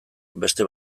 beste